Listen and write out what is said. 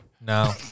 no